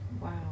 Wow